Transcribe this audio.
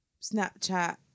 Snapchat